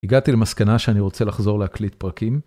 הגעתי למסקנה שאני רוצה לחזור להקליט פרקים.